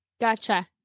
Gotcha